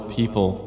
people